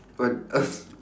what